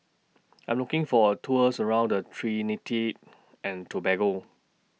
I'm looking For A Tour around Trinidad and Tobago